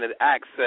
access